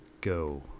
go